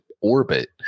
orbit